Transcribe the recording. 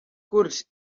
kurds